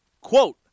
Quote